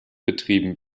betrieben